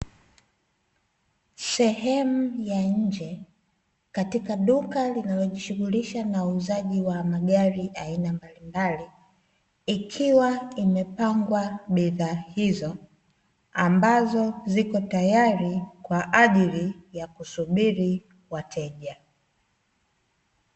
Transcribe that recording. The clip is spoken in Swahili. Sehemu ya nje, katika duka linalojishughulisha na uuzaji wa magari aina mbalimbali, ikiwa imepangwa bidhaa hizo, ambazo zipo tayari kwa ajili ya kusubiri wateja.